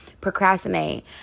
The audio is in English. procrastinate